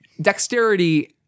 Dexterity